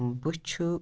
بہٕ چھُ